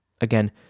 Again